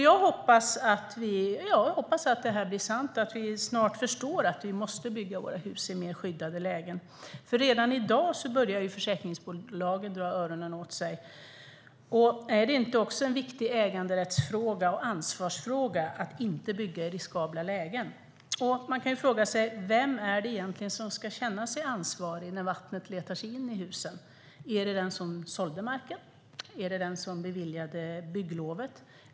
Jag hoppas att det här blir sant och att vi snart förstår att vi måste bygga våra hus i mer skyddade lägen. Redan i dag börjar försäkringsbolagen dra öronen åt sig. Är det inte också en viktig äganderättsfråga och ansvarsfråga att inte bygga i riskabla lägen? Man kan fråga sig: Vem är det egentligen som ska känna sig ansvarig när vattnet letar sig in i husen? Den som sålde marken? Den som beviljade bygglovet?